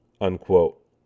Unquote